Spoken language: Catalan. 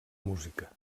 música